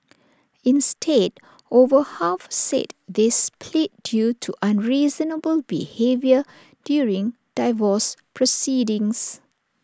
instead over half said they split due to unreasonable behaviour during divorce proceedings